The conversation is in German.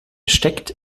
steckt